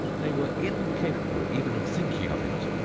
they were incapable even of thinking of it.